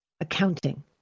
accounting